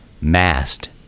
mast